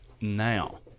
now